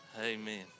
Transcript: Amen